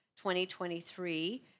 2023